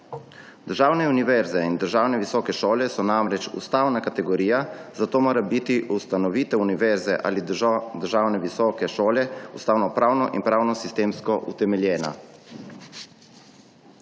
Državne univerze in državne visoke šole so namreč ustavna kategorija, zato mora biti ustanovitev univerze ali državne visoke šole ustavnopravno in pravno sistemsko utemeljena.